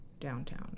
downtown